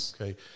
Okay